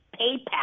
PayPal